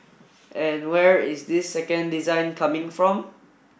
and where is this second design coming from